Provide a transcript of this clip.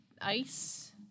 ice